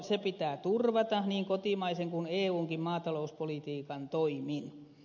se pitää turvata niin kotimaisen kuin eunkin maatalouspolitiikan toimin